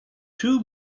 two